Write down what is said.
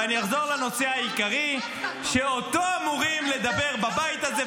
ואני אחזור לנושא העיקרי שעליו אמורים לדבר בבית הזה,